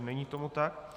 Není tomu tak.